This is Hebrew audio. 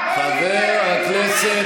מחר זה יהיה 30,000. חבר הכנסת אבוטבול,